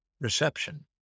reception